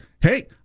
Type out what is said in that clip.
hey